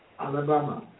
Alabama